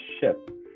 ship